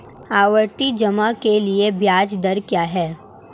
आवर्ती जमा के लिए ब्याज दर क्या है?